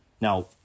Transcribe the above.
Now